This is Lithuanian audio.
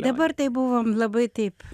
dabar tai buvom labai taip